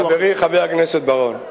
חברי חבר הכנסת בר-און,